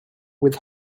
with